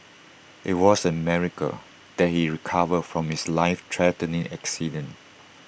IT was A miracle that he recovered from his life threatening accident